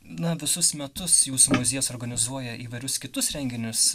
na visus metus jūsų muziejus organizuoja įvairius kitus renginius